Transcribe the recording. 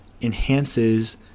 enhances